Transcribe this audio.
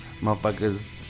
motherfuckers